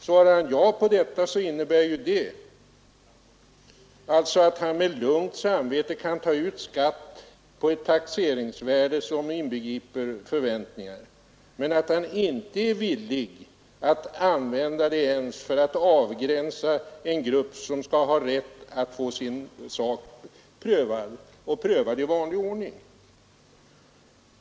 Svarar han ja på den frågan innebär det alltså att han med lugnt samvete kan ta ut skatt på ett taxeringsvärde som inbegriper förväntningar, men att han inte är villig att använda taxeringsvärdet ens för att avgränsa en grupp som skall ha rätt att få sin sak prövad — och prövad i vanlig ordning.